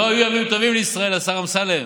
לא היו ימים טובים לישראל, השר אמסלם,